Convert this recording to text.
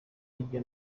hirya